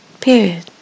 Period